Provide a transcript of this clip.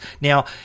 Now